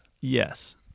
Yes